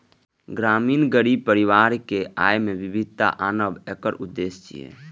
ग्रामीण गरीब परिवारक आय मे विविधता आनब एकर उद्देश्य छियै